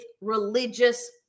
religious